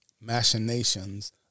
machinations